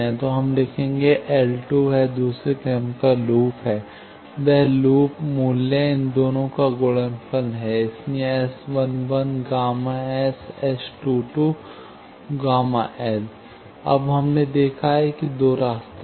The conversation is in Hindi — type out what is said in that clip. तो हम लिखेंगे L है एक दूसरा क्रम के लूप है और वह लूप मूल्य इन दोनों का गुणनफल है इसलिए S 11 ΓS S22 Γ L अब हमने देखा है दो रास्ते हैं